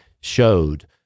showed